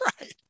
right